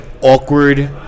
awkward